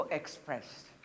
expressed